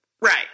right